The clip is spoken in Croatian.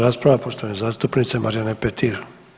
rasprava poštovane zastupnice Marijane Petir.